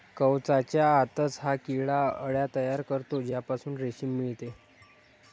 कवचाच्या आतच हा किडा अळ्या तयार करतो ज्यापासून रेशीम मिळते